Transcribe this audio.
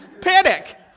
Panic